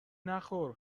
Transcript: نخور